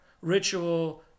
ritual